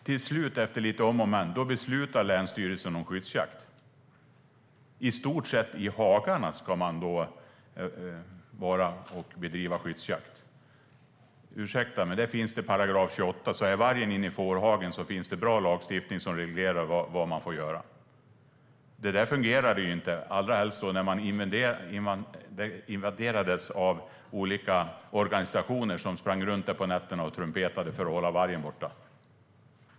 Till slut, efter många om och men, beslutade länsstyrelsen om skyddsjakt som skulle bedrivas i stort sett i hagarna. Ursäkta, men om vargen är inne i fårhagen finns det bra lagstiftning i 28 § som reglerar vad man får göra. Det fungerade ju inte, allra helst som man invaderades av olika organisationer som sprang runt där på nätterna och trumpetade för att hålla vargen borta.